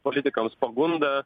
politikams pagunda